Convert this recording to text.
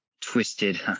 twisted